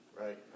right